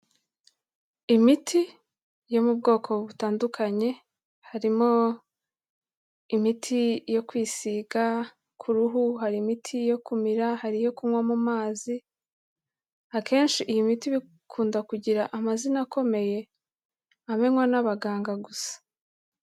Imiti yo mu bwoko butandukanye, harimo imiti yo kwisiga ku ruhu, hari imiti yo kumira, hari iyo kunywa mu amazi, akenshi iyi miti ikunda kugira amazina akomeye amenywa n'abaganga gusa.